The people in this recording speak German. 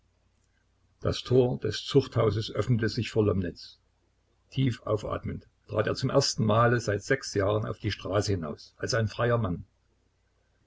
das tor des zuchthauses öffnete sich vor lomnitz tief aufatmend trat er zum ersten male seit sechs jahren auf die straße hinaus als ein freier mann